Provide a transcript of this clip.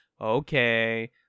Okay